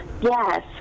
yes